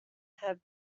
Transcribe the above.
have